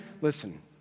Listen